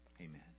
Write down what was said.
amen